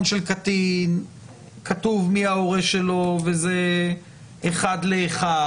של קטין כתוב מי ההורה שלו וזה אחד לאחד.